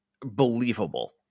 believable